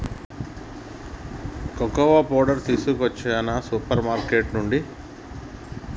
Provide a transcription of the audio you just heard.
cocoa powder తీసుకొచ్చిన supermarket నుండి